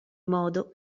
modo